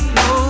no